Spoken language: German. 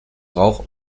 rauch